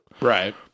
Right